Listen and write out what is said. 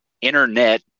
Internet